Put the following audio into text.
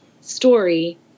story